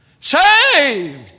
saved